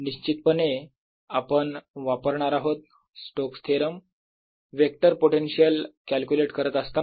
निश्चितपणे आपण वापरणार आहोत Stokes theorem vector potential calculate करत असताना